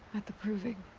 at the proving.